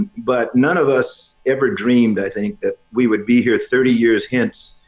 but none of us ever dreamed. i think that we would be here thirty years hence,